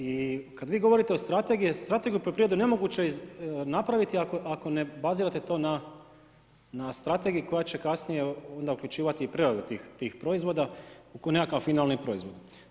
I kada vi govorite o strategiji, strategiju u poljoprivredi nemoguće je napraviti ako ne bazirate to na strategiji koja će kasnije onda uključivati i preradu tih proizvoda kao nekakav finalni proizvod.